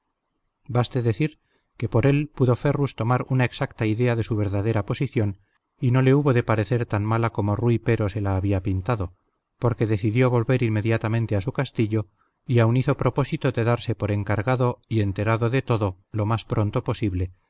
trascendencia baste decir que por él pudo ferrus formar una exacta idea de su verdadera posición y no le hubo de parecer tan mala como rui pero se la había pintado porque decidió volver inmediatamente a su castillo y aun hizo propósito de darse por encargado y enterado de todo lo más pronto posible